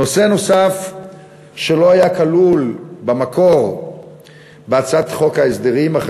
נושא נוסף שלא היה כלול במקור בהצעת חוק ההסדרים אך